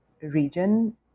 region